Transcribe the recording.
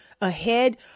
ahead